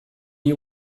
you